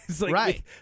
Right